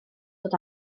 dod